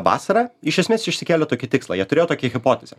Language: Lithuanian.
vasarą iš esmės išsikėlė tokį tikslą jie turėjo tokią hipotezę